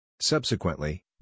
Subsequently